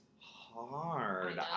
hard